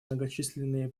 многочисленные